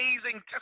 amazing